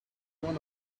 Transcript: one